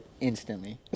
instantly